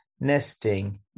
nesting